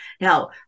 Now